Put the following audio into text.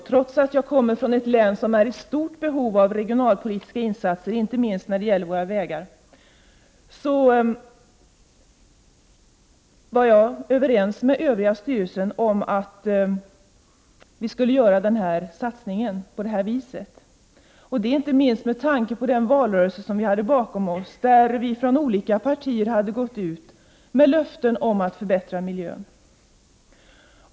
Trots att jag kommer från ett län som är i stort behov av regionalpolitiska insatser, inte minst när det gäller våra vägar, var jag för min del överens med de övriga i styrelsen om att göra satsningen på det här viset — detta inte minst med tanke på den valrörelse som vi hade bakom oss, där olika partier hade gått ut med löften om att förbättra miljön.